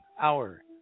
hour